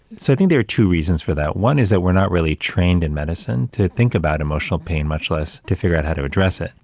so, i think there are two reasons for that. one, is that we're not really trained in medicine to think about emotional pain, much less to figure out how to address it.